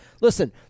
listen